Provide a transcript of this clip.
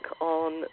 on